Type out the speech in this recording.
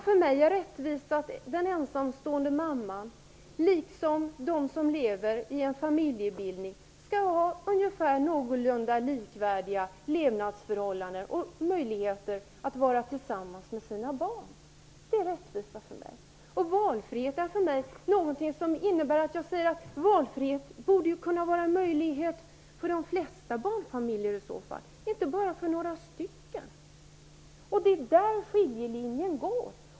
För mig är rättvisa att den ensamstående mamman, liksom den som lever i en tvåföräldersfamilj, skall ha någorlunda likvärdiga levnadsförhållanden och möjligheter att vara tillsammans med sina barn. Det är rättvisa för mig. Valfrihet för mig är någonting som innebär möjligheter för de flesta barnfamiljer, inte bara för några stycken. Det är där skiljelinjen går.